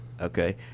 Okay